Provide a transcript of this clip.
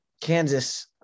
Kansas